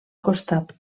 costat